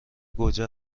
گوجه